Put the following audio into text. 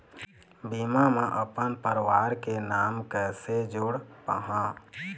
बीमा म अपन परवार के नाम कैसे जोड़ पाहां?